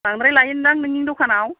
बांद्राय लायोखोमा नोंनि दखानाव